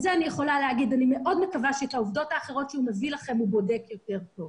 אני מאוד מקווה שאת העובדות האחרות שהוא מביא לכם הוא בודק יותר טוב,